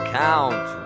count